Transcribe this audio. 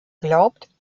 glaubt